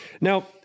Now